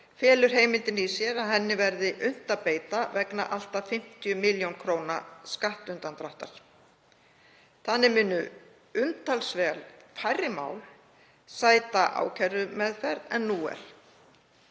felur heimildin í sér að henni verði unnt að beita vegna allt að 50 millj. kr. skattundandráttar. Þannig munu umtalsvert færri mál sæta ákærumeðferð en nú er.